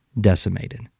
decimated